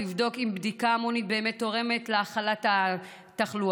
לבדוק אם בדיקה המונית באמת תורמת להכלת התחלואה.